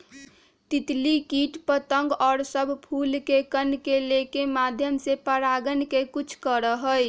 तितली कीट पतंग और सब फूल के कण के लेके माध्यम से परागण के कुछ करा हई